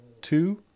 two